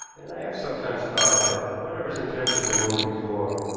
and i have sometimes thought that, whatever his intention the moment before,